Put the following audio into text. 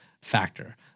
factor